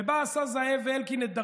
נגד ערבים ולהסית נגד ערבים,